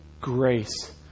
grace